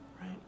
right